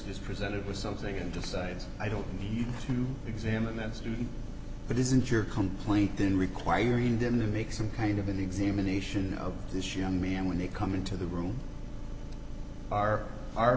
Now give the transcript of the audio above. just presented with something and decides i don't need to examine student but isn't your complaint then requiring them to make some kind of an examination of this young man when they come into the room our our